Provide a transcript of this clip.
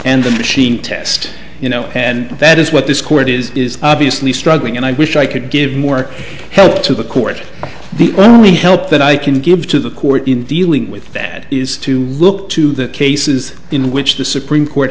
and the machine test you know and that is what this court is is obviously struggling and i wish i could give more help to the court the only help that i can give to the court in dealing with that is to look to the cases in which the supreme court